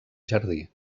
jardí